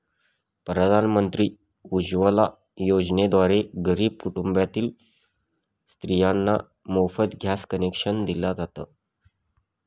प्रधानमंत्री उज्वला योजनेद्वारे गरीब कुटुंबातील स्त्रियांना मोफत गॅस कनेक्शन दिल जात